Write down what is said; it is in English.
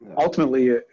ultimately